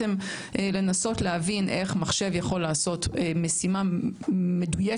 לנסות להבין איך מחשב יכול לעשות משימה מדויקת,